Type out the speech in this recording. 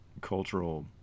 cultural